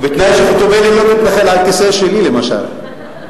ובתנאי שחוטובלי לא תתנחל על הכיסא שלי, למשל.